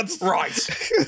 Right